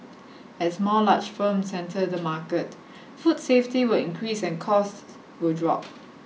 as more large firms enter the market food safety will increase and costs will drop